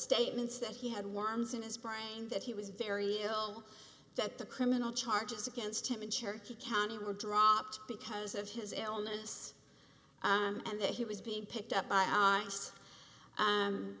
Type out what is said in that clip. statements that he had was in his brain that he was very ill that the criminal charges against him in cherokee county were dropped because of his illness and that he was being picked up